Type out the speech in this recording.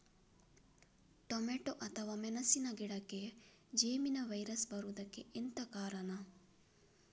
Tomato ಅಥವಾ ಮೆಣಸಿನ ಗಿಡಕ್ಕೆ ಜೆಮಿನಿ ವೈರಸ್ ಬರುವುದಕ್ಕೆ ಎಂತ ಕಾರಣ?